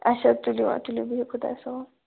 اچھا تُلِو تَلِو بِہِو خدایَس حَوال